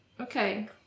okay